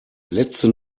letzte